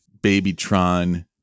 Babytron